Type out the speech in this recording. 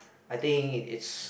I think it it's